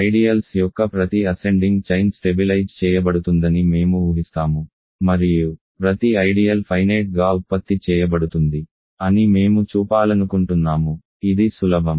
ideals యొక్క ప్రతి ascending chain stabilise చేయబడుతుందని మేము ఊహిస్తాము మరియు ప్రతి ఐడియల్ ఫైనేట్ గా ఉత్పత్తి చేయబడుతుంది అని మేము చూపాలనుకుంటున్నాము ఇది సులభం